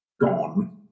gone